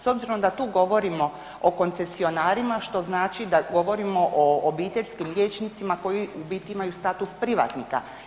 S obzirom da tu govorimo o koncesionarima što znači da govorimo o obiteljskim liječnicima koji u biti imaju status privatnika.